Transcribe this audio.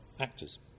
actors